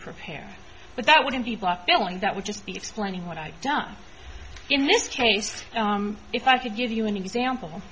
prepare but that wouldn't be block filling that would just be explaining what i'd done in this case if i could give you an example